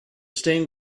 stained